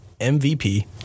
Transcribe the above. MVP